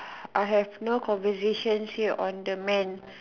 I have no conversations here on the man